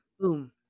boom